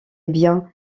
biens